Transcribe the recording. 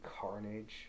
carnage